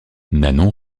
nanon